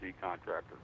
contractor